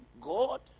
God